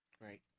right